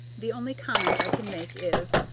the only comment i can make is,